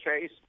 chase